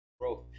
growth